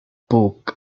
puck